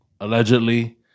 allegedly